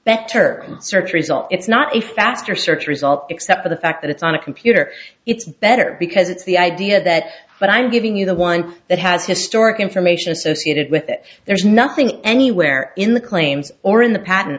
result it's not a faster search result except for the fact that it's on a computer it's better because it's the idea that but i'm giving you the one that has historic information associated with it there's nothing anywhere in the claims or in the patent